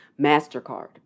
MasterCard